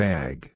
Bag